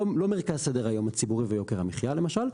לא מרכז סדר היום הציבורי ויוקר המחייה למשל.